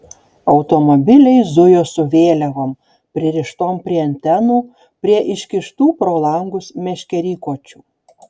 automobiliai zujo su vėliavom pririštom prie antenų prie iškištų pro langus meškerykočių